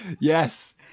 Yes